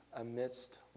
amidst